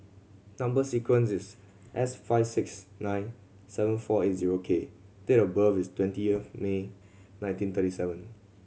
number sequence is S five six nine seven four eight zero K and date of birth is twenty of May nineteen thirty seven